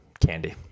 candy